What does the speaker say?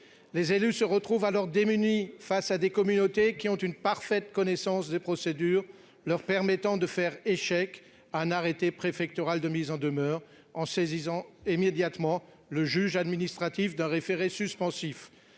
les élus se retrouve alors démuni face à des communautés qui ont une parfaite connaissance des procédures leur permettant de faire échec, un arrêté préfectoral de mise en demeure, en saisissant et médiatiquement, le juge administratif d'un référé suspensif